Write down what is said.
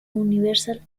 universal